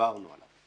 שדיברנו עליו.